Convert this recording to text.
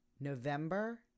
november